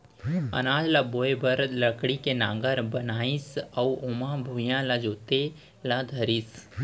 अनाज ल बोए बर लकड़ी के नांगर बनाइस अउ ओमा भुइयॉं ल जोते ल धरिस